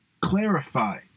clarify